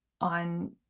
on